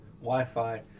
Wi-Fi